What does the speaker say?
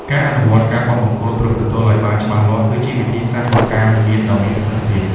ការអនុវត្ត "ការបោះបង្គោលព្រំប្រទល់" ឱ្យបានច្បាស់លាស់ គឺជាវិធីសាស្ត្របង្ការវិវាទដ៏មានប្រសិទ្ធភាព។